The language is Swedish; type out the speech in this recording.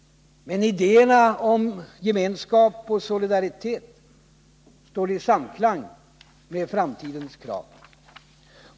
Men idéerna om gemenskap och solidaritet står i samklang med framtidens krav.